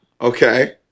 Okay